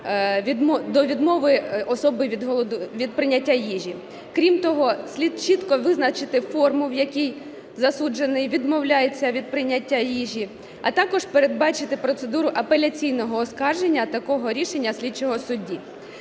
до відмови особи від прийняття їжі. Крім того, слід чітко визначити форму, в якій засуджений відмовляється від прийняття їжі, а також передбачити процедуру апеляційного оскарження такого рішення слідчого судді.